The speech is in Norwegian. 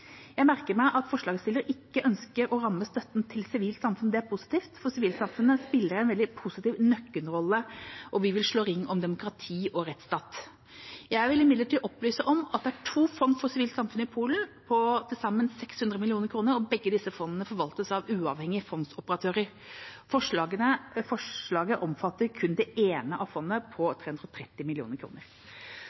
Jeg merker meg at forslagsstillerne ikke ønsker å ramme støtten til sivilt samfunn. Det er positivt, for sivilsamfunnet spiller en veldig positiv nøkkelrolle, og vi vil slå ring om demokrati og rettsstat. Jeg vil imidlertid opplyse om at det er to fond for sivilsamfunnet i Polen på til sammen 600 mill. kr, og begge disse fondene forvaltes av uavhengige fondsoperatører. Forslaget omfatter kun det ene fondet på 330